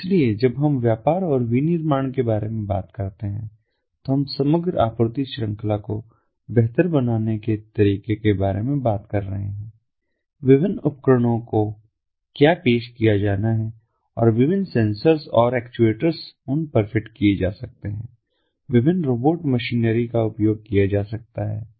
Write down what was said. इसलिए जब हम व्यापार और विनिर्माण के बारे में बात करते हैं तो हम समग्र आपूर्ति श्रृंखला को बेहतर बनाने के तरीके के बारे में बात कर रहे हैं विभिन्न उपकरणों को क्या पेश किया जाना है और विभिन्न सेंसर्स और एक्चुएटर्स उन पर फिट किए जा सकते हैं विभिन्न रोबोट मशीनरी का उपयोग किया जा सकता है